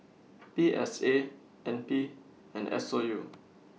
P S A N P and S O U